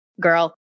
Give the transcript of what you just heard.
girl